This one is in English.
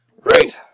Great